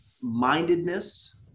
mindedness